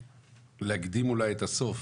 להקדים אולי את הסוף,